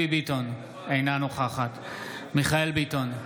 אינה נוכחת מיכאל מרדכי ביטון,